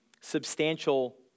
substantial